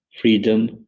freedom